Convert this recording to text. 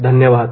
धन्यवाद